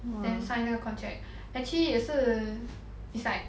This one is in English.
then sign 那个 contract actually 也是 it's like